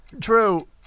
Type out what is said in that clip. True